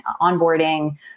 onboarding